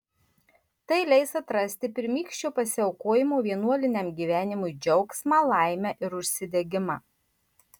tai leis atrasti pirmykščio pasiaukojimo vienuoliniam gyvenimui džiaugsmą laimę ir užsidegimą